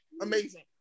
amazing